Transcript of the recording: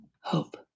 hope